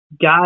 God